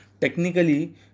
Technically